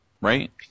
Right